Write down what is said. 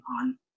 on